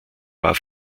war